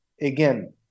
again